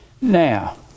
now